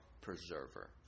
preserver